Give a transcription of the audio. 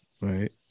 right